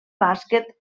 bàsquet